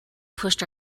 pushed